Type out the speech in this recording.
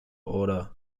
order